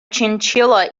chinchilla